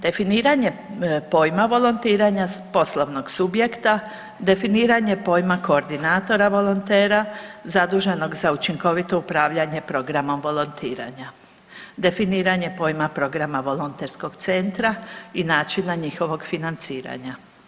Definiranje pojma volontiranja s poslovnog subjekta, definiranje pojma koordinatora volontera zaduženog za učinkovito upravljanje programom volontiranje, definiranje pojma programa volonterskog centra i načina njihovog financiranja.